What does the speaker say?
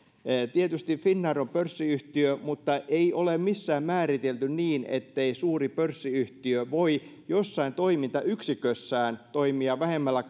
tietysti finnair on pörssiyhtiö mutta ei ole missään määritelty niin ettei suuri pörssiyhtiö voi jossain toimintayksikössään toimia vähemmällä